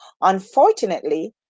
Unfortunately